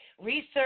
Research